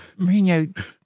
Mourinho